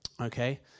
Okay